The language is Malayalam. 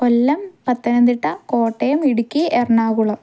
കൊല്ലം പത്തനംതിട്ട കോട്ടയം ഇടുക്കി എറണാകുളം